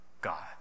God